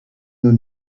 nous